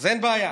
אז אין בעיה,